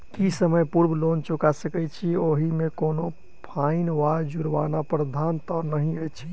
की समय पूर्व लोन चुका सकैत छी ओहिमे कोनो फाईन वा जुर्मानाक प्रावधान तऽ नहि अछि?